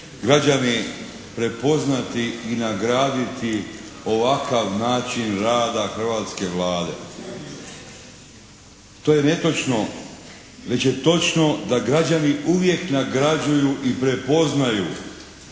građani prepoznati i nagraditi ovakav način rada hrvatske Vlade. To je netočno. Već je točno da građani uvijek nagrađuju i prepoznaju